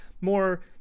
more